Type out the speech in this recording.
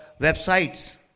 websites